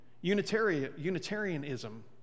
Unitarianism